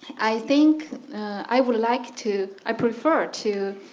i think i would like to, i prefer to